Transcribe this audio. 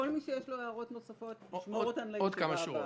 כל מי שיש לו הערות נוספות ישמור אותן לישיבה הבאה.